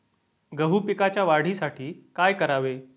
गहू पिकाच्या वाढीसाठी काय करावे?